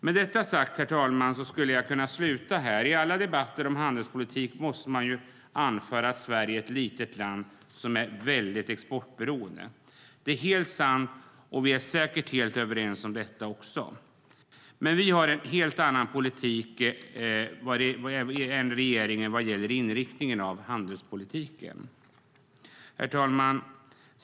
Med detta sagt, herr talman, skulle jag kunna sluta, men i alla debatter om handelspolitik måste man ju anföra att Sverige är ett litet land som är mycket exportberoende. Det är helt sant, och vi är säkert helt överens om detta också. Men vi har en helt annan politik än regeringen när det gäller inriktningen av handelspolitiken. Herr talman!